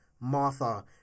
martha